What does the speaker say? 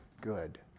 good